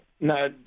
no